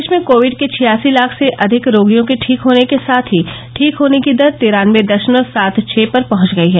देश में कोविड के छियासी लाख से अधिक रोगियों के ठीक होने के साथ ही ठीक होने की दर तिरान्नबे दशमलव सात छह पर पहंच गई है